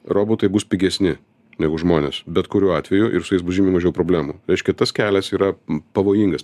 robotai bus pigesni negu žmonės bet kuriuo atveju ir su jais bus žymiai mažiau problemų reiškia tas kelias yra pavojingas